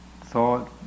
thought